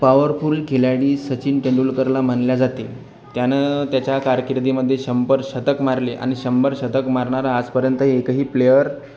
powerful खिलाडी सचिन तेंडुलकरला म्हटलं जाते त्यानं त्याच्या कारकिर्दीमध्ये शंभर शतक मारले आणि शंभर शतक मारणारा आजपर्यंत एकही प्लेयर